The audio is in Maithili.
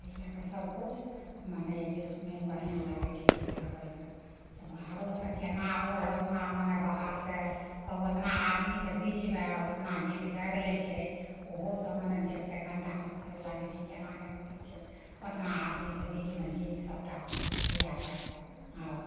एहि लऽ कऽ सबकिछु मने जे सुनैमे बढ़िआँ लागैत छै गीत गाबैमे सब बाहरोसँ केना ओ ओतना मने बाहरसँ ओतना आदमीके बीचमे ओतना गीत गाबि लै छै ओहो सब मने देखिके कनिटा आश्चर्य लागै छै केना गाबि लै छै ओतना आदमीके बीचमे गीत सबटा